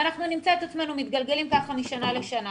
אנחנו נמצא את עצמנו מתגלגלים ככה משנה לשנה.